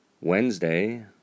Wednesday